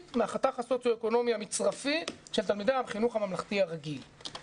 מהחתך הסוציו אקונומי המצרפי של תלמידי החינוך הממלכתי הרגיל.